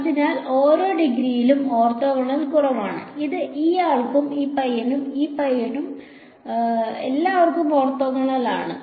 അതിനെക്കാൾ ഓരോ ഡിഗ്രിയിലും ഒാർത്തോഗണൽ കുറവാണ് ഇത് ഈ ആൾക്കും ഈ പയ്യനും ഈ പയ്യനും എല്ലാവർക്കും ഓർത്തോഗണൽ ആണ്